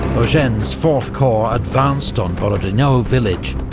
eugene's fourth corps advanced on borodino village,